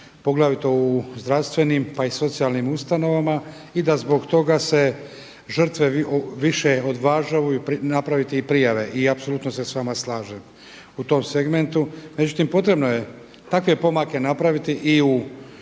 poglavito u zdravstvenim, pa i socijalnim ustanovama i da zbog toga se žrtve više odvažuju napraviti i prijave i apsolutno se sa vama slažem u tom segmentu. Međutim, potrebno je takve pomake napraviti i u